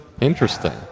Interesting